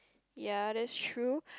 ya that's true